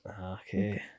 Okay